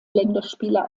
länderspiele